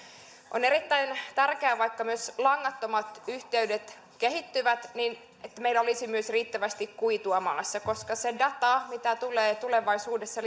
on erittäin tärkeää vaikka myös langattomat yhteydet kehittyvät että meillä olisi myös riittävästi kuitua maassa koska se data mitä tulee tulevaisuudessa